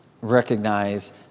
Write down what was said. recognize